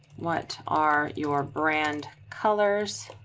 what are your brand colors?